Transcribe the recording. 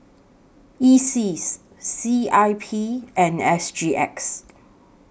ISEAS C I P and S G X